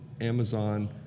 Amazon